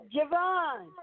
Javon